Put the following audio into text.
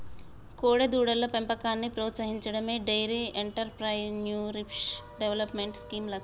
కోడెదూడల పెంపకాన్ని ప్రోత్సహించడమే డెయిరీ ఎంటర్ప్రెన్యూర్షిప్ డెవలప్మెంట్ స్కీమ్ లక్ష్యం